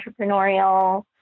entrepreneurial